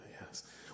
Yes